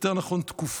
יותר נכון, תקופה,